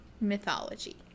mythology